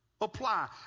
apply